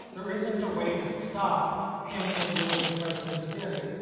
there is ant way to stop him from doing the president's bidding.